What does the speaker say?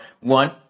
one